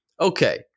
Okay